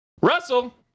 Russell